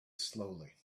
slowly